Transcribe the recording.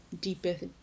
deepest